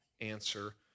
answer